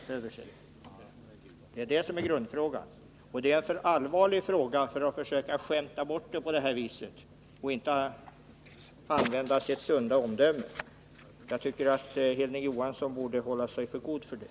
Det är det som är grundfrågan, och det är en för allvarlig fråga för att man skall försöka skämta bort den på det här Förbud mot kolviset och inte använda sitt sunda omdöme. Jag tycker att Hilding Johansson lektivanslutning borde hålla sig för god för det.